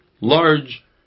large